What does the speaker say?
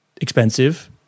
expensive